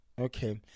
Okay